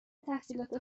تحصیلات